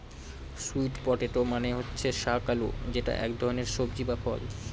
sweet potato মানে হচ্ছে শাক আলু যেটা এক ধরনের সবজি বা ফল